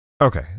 Okay